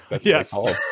Yes